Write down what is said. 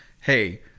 hey